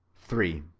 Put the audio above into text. three.